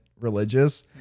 religious